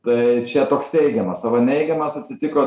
tai čia toks teigiamas arba neigiamas atsitiko